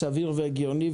סביר והגיוני,